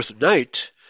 night